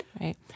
right